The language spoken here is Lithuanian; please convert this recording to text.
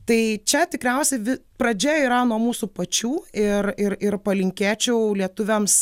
tai čia tikriausiai pradžia yra nuo mūsų pačių ir ir ir palinkėčiau lietuviams